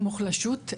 מוחלשות.